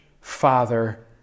father